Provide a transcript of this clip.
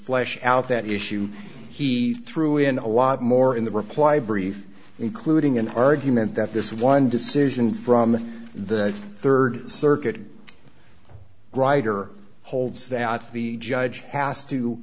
flesh out that issue he threw in a lot more in the reply brief including an argument that this one decision from the rd circuit grider holds that the judge as